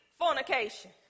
fornication